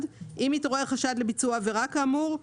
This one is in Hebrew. (1) אם התעורר חשד לביצוע עבירה כאמור,